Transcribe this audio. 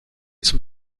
zum